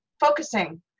focusing